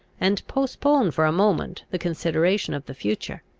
and postpone for a moment the consideration of the future.